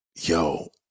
yo